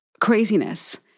craziness